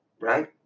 Right